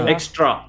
Extra